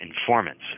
informants